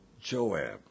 Joab